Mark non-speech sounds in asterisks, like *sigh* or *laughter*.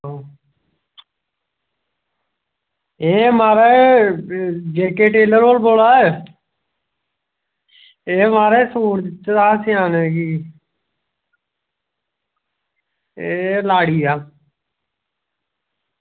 *unintelligible* एह् म्हाराज जे के टेलर होर बोला दे एह् म्हाहाज सूट दित्ते दा हा सेआने गी एह् लाड़िया